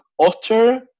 otter